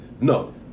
No